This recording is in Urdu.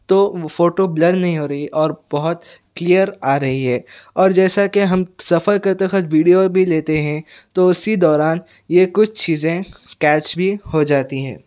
تو وہ فوٹو بلر نہیں ہو رہی اور بہت کلیئر آ رہی ہے اور جیسا کہ ہم سفر کرتے وقت ویڈیو بھی لیتے ہیں تو اسی دوران یہ کچھ چیزیں کیچ بھی ہو جاتی ہیں